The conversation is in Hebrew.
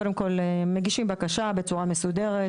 קודם כל מגישים בקשה בצורה מסודרת,